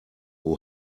who